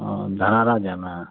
हँ धरारा जाइमे